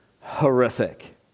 horrific